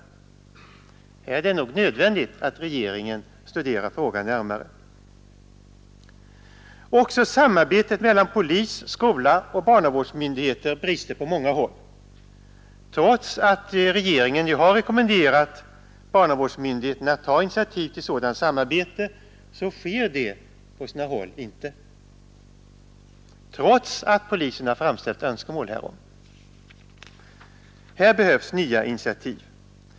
Här är det nog nödvändigt att regeringen studerar frågan närmare. Också samarbetet mellan polis, skola och barnavårdsmyndigheter brister på många håll. Trots att regeringen ju har rekommenderat barnavårdsmyndigheterna att ta initiativ till sådant samarbete sker det på sina håll inte, fastän polisen har framställt önskemål härom. Här behövs nya initiativ.